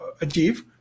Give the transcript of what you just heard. achieve